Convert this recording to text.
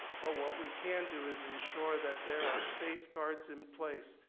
but what we can do is ensure that there are safeguards in place,